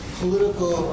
political